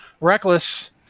reckless